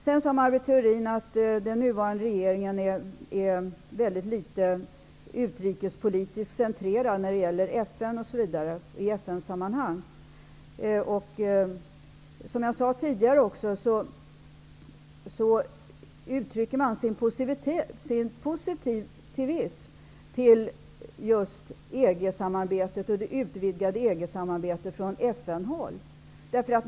Maj Britt Theorin sade att den nuvarande regeringen är väldigt litet utrikespolitiskt centrerad i FN-sammanhang. Men som jag sade tidigare är man positiv till just det utvidgade EG-samarbetet från FN-håll.